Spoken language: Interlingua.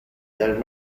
del